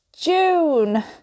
June